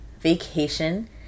vacation